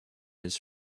his